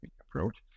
approach